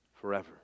forever